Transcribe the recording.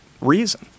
reason